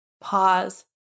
pause